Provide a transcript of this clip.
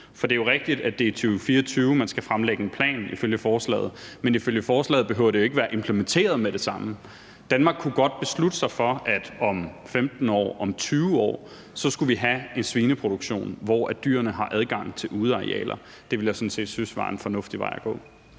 ud? Det er jo rigtigt, at det er i 2024, at man ifølge forslaget skal fremlægge en plan, men ifølge forslaget behøver det jo ikke at blive implementeret med det samme. Danmark kunne godt beslutte sig for, at vi om 15 eller 20 år skulle have en svineproduktion, hvor dyrene har adgang til udearealer. Det ville jeg sådan set synes var en fornuftig vej at gå.